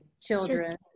children